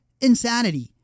insanity